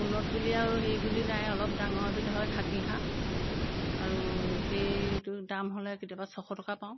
উন্নত বুলি আৰু সেই বুলি নাই অলপ ডাঙৰ বিধ হয় খাকী হাঁহ আৰু সেইটো দাম হ'লে কেতিয়াবা ছশ টকা পাওঁ